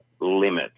limit